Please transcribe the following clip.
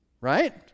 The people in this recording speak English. Right